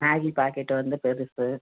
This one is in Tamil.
மேஹி பாக்கெட்டு வந்து பெருசு